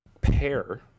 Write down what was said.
pair